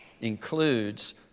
includes